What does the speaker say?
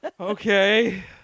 Okay